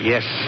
Yes